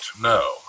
no